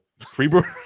Freebird